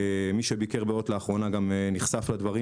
מי שביקר בהוט לאחרונה נחשף לדברים